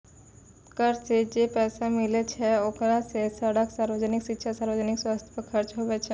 कर सं जे पैसा मिलै छै ओकरा सं सड़क, सार्वजनिक शिक्षा, सार्वजनिक सवस्थ पर खर्च हुवै छै